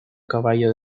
caballo